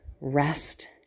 rest